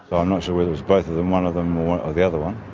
but i'm not sure it was both of them, one of them or the other one.